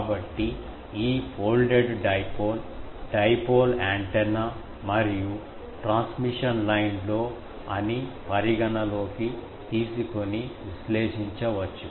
కాబట్టి ఈ folded dipole dipole antenna మరియు ట్రాన్స్మిషన్ లైన్ లో అని పరిగణనలోకి తీసుకొని విశ్లేషించవచ్చు